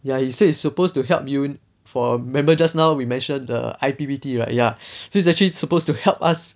ya he said it's supposed to help you for remember just now we mention the I_P_P_T right ya so actually it's supposed to help us